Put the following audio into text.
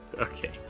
Okay